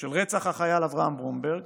של רצח החייל אברהם ברומברג,